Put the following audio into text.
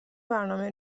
برنامه